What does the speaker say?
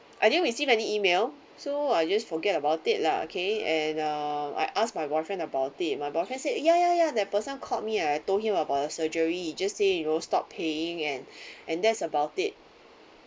I didn't receive any email so I just forget about it lah okay and uh I ask my boyfriend about it my boyfriend say ya ya ya that person called me ah I told him about the surgery he just say you know stop paying and and that's about it